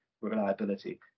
reliability